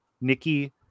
nikki